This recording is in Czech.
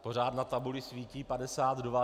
Pořád na tabuli svítí 52.